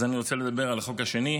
אז אני רוצה לדבר על החוק השני,